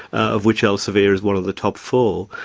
of which elsevier is one of the top four,